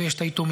ויש את היתומים,